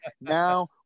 now